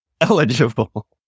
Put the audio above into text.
eligible